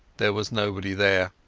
there was nobody there,